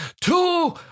two